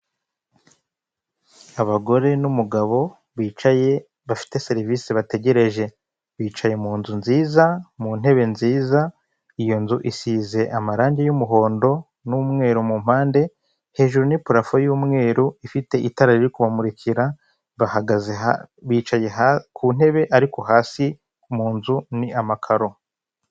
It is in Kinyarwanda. Icyapa kiriho amafoto atatu magufi y'abagabo babiri uwitwa KABUGA n 'uwitwa BIZIMANA bashakishwa kubera icyaha cya jenoside yakorewe abatutsi mu Rwanda.